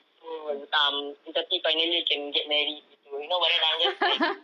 oh um izzati finally can get married gitu you know but then I'm just like